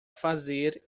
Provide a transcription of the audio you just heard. fazer